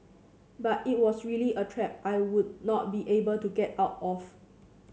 but it was really a trap I would not be able to get out of